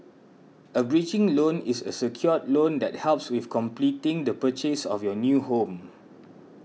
a bridging loan is a secured loan that helps with completing the purchase of your new home